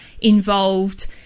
involved